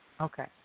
Okay